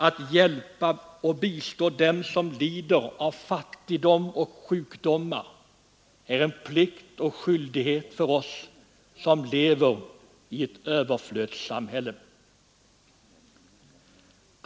Att hjälpa och bistå dem som lider av fattigdom och sjukdomar är en plikt och skyldighet för oss som lever i ett överflödssam hälle.